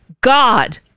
God